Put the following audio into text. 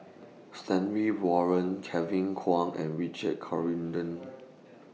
Stanley Warren Kevin Kwan and Richard Corridon